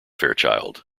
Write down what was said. fairchild